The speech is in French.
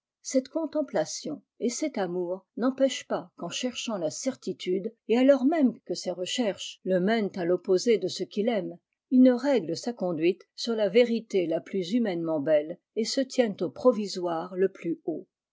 cette contemplation et cet amour n'empêchentpas qu'en cherchant la certitude et alors même que ses recherches le mènent à l'opposé de ce qu'il aime il ne règle sa conduite sur la vérité la plus humainement belle et se tienne au provisoires le plus haut